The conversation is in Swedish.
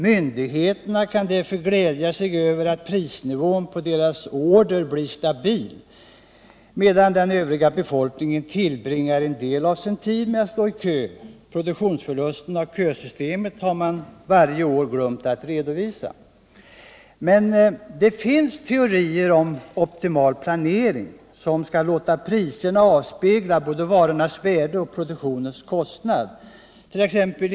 Myndigheterna kan därför glädja sig över att prisnivån på deras produkter förblir stabil medan befolkningen tillbringar en del av sin tid med att stå i kö. Produktionsförlusten av kösystemet varje år har man glömt att redovisa. Men det finns terier om optimal planering. som skall låta priserna avspegla både varornas värde och produktionens kostnad.